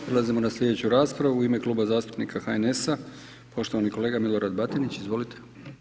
Prelazimo na slijedeću raspravu u ime Kluba zastupnika HNS-a poštovani kolega Milorad Batinić, izvolite.